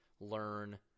learn